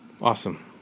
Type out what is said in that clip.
Awesome